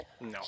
No